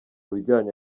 bijyanye